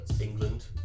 England